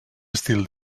estil